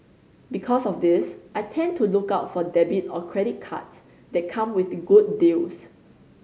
because of this I tend to look out for debit or credit cards that come with good deals